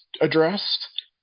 addressed